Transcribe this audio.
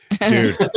Dude